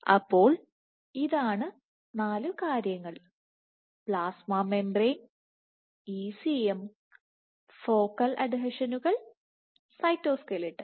അപ്പോൾ ഇതാണ് നാല് കാര്യങ്ങൾ പ്ലാസ്മ മെംബ്രേയ്ൻ ECM ഫോക്കൽ അഡ്ഹെഷനുകൾ സൈറ്റോ സ്കെലിട്ടൺ